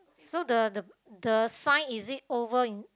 so the the the sign is it oval in